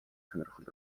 сонирхол